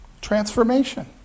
transformation